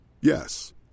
Yes